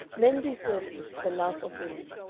men do services for the love of women,